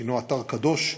שהוא אתר קדוש,